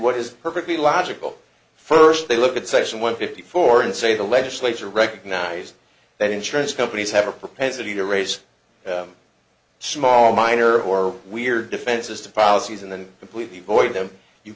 what is perfectly logical first they look at section one fifty four and say the legislature recognized that insurance companies have a propensity to raise small minor or weird defenses to policies and then completely void them you